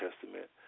Testament